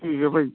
ਠੀਕ ਆ ਭਾਈ